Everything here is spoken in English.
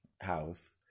house